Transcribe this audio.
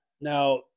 Now